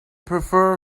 prefer